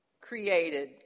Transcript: created